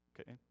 Okay